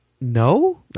No